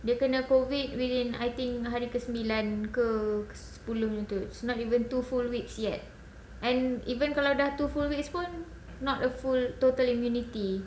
dia kena COVID within I think hari ke sembilan ke sepuluh macam tu it's not even two full weeks yet and even kalau dah two full weeks pun not a full total immunity